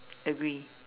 agree